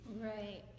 right